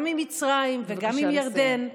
גם עם מצרים וגם עם ירדן,